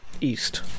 east